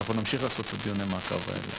אנחנו נמשיך לעשות את הדיוני מעקב האלה.